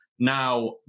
Now